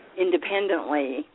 independently